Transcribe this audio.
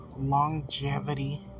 longevity